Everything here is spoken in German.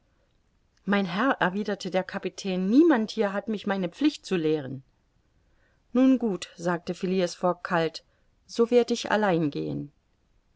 mein herr erwiderte der kapitän niemand hier hat mich meine pflicht zu lehren nun gut sagte phileas fogg kalt so werd ich allein gehen